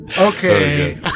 Okay